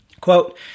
quote